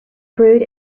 brewed